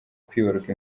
kwibaruka